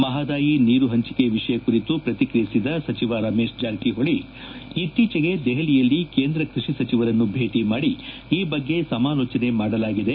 ಮಹಾದಾಯಿ ನೀರು ಹಂಚಿಕೆ ವಿಷಯ ಕುರಿತು ಪ್ರಕಿಕ್ರಿಯಿಸಿದ ಸಚಿವ ರಮೇಶ ಜಾರಕಿಹೊಳಿ ಇತ್ತೀಚೆಗೆ ದೆಹಲಿಯಲ್ಲಿ ಕೇಂದ್ರ ಕೃಷಿ ಸಚಿವರನ್ನು ಭೇಟಿ ಮಾಡಿ ಈ ಬಗ್ಗೆ ಸಮಾಲೋಚನೆ ಮಾಡಲಾಗಿದೆ